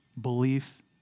belief